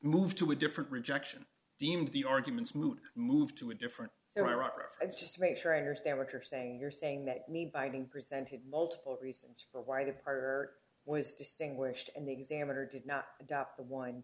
moved to a different rejection deemed the arguments moot moved to a different era it's just to make sure i understand what you're saying you're saying that me biting presented multiple reasons for why the partner ois distinguished and the examiner did not adopt the wind